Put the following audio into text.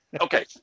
Okay